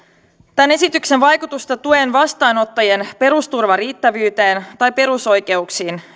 tämän esityksen vaikutusta tuen vastaanottajien perusturvan riittävyyteen tai perusoikeuksiin